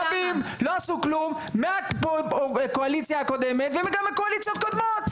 שרים רבים לא עשו כלום מהקואליציה הקודמת ומקואליציות קודמות.